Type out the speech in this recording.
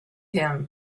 him